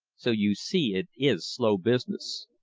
so you see it is slow business.